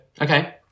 okay